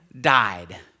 died